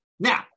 Now